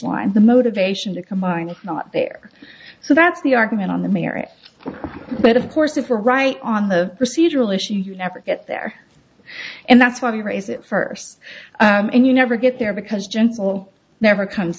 line the motivation to combine if not there so that's the argument on the merit but of course if we're right on the procedural issue you never get there and that's why we raise it first and you never get there because gentle never come